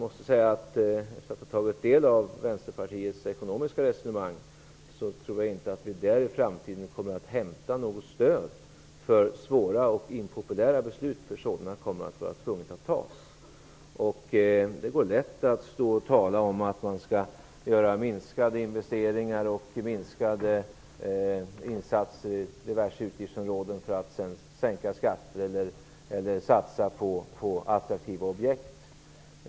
Efter att ha tagit del av Vänsterpartiets ekonomiska resonemang tror jag inte att vi där i framtiden kommer att kunna hämta något stöd för svåra och impopulära beslut, för sådana blir vi tvungna att ta. Det är lätt att tala om att man skall göra minskade investeringar och minskade insatser på diverse utgiftsområden för att sedan sänka skatter eller satsa på attraktiva objekt.